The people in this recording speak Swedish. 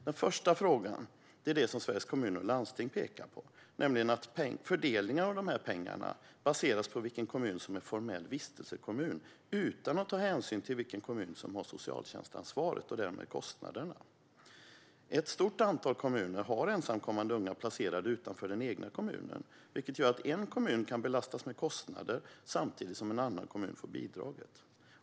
Den första frågan gäller det som Sveriges Kommuner och Landsting pekar på, nämligen att fördelningen av dessa pengar baseras på vilken kommun som är formell vistelsekommun, utan att hänsyn tas till vilken kommun som har socialtjänstansvaret och därmed kostnaderna. Ett stort antal kommuner har ensamkommande unga placerade utanför den egna kommunen, vilket gör att en kommun kan belastas med kostnaden samtidigt som en annan kommun får bidraget.